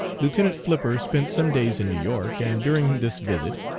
lieutenant flipper spent some days in new york, and during this visit,